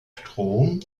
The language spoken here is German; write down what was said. strom